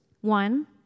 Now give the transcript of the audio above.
One